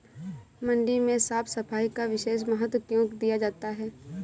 मंडी में साफ सफाई का विशेष महत्व क्यो दिया जाता है?